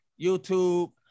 YouTube